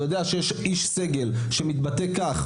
או יודע שיש איש סגל שמתבטא כך,